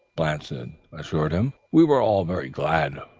blanston assured him. we were all very glad